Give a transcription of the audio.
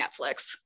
Netflix